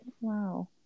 Wow